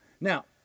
Now